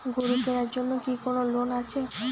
গরু কেনার জন্য কি কোন লোন আছে?